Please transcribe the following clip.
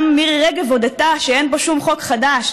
גם מירי רגב הודתה שאין פה שום חוק חדש.